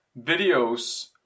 videos